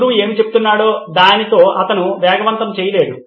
గురువు ఏమి చెప్తున్నాడో దానితో అతను వేగవంతం చేయలేడు